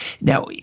Now